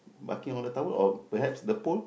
barking on the tower perhaps the pool